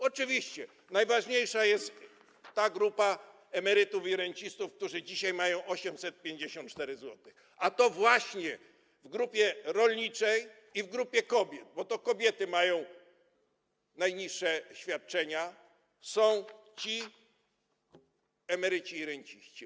Oczywiście najważniejsza jest grupa emerytów i rencistów, którzy dzisiaj mają 854 zł, to w grupie rolników i w grupie kobiet, bo to kobiety mają najniższe świadczenia, są ci emeryci i renciści.